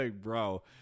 Bro